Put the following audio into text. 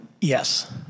Yes